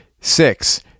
Six